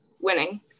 winning